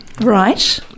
Right